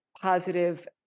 positive